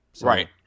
Right